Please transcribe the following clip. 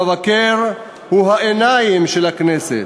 המבקר הוא העיניים של הכנסת,